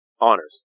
honors